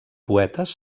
poetes